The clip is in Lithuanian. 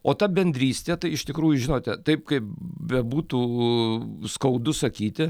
o ta bendrystė tai iš tikrųjų žinote taip kaip bebūtų skaudu sakyti